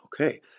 Okay